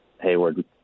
Hayward